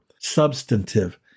substantive